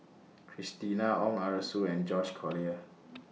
Christina Ong Arasu and George Collyer